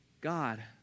God